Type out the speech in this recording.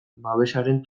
babesaren